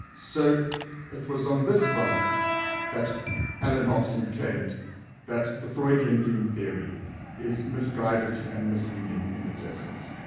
so it was on this ground that allan hobson claimed that the freudian dream theory is misguided and misleading in its essence.